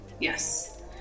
yes